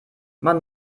man